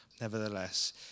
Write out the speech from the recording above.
Nevertheless